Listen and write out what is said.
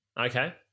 Okay